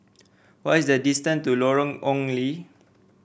what is the distance to Lorong Ong Lye